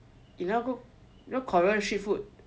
you know Korean street food